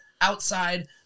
outside